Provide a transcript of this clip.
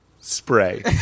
Spray